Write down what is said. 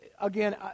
again